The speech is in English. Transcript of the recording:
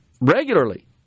regularly